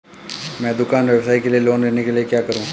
मैं दुकान व्यवसाय के लिए लोंन लेने के लिए क्या करूं?